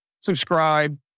subscribe